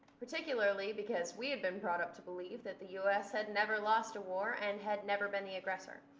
particularly, because we had been brought up to believe that the us had never lost a war and had never been the aggressor.